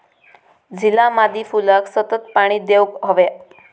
झिला मादी फुलाक सतत पाणी देवक हव्या